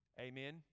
amen